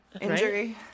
injury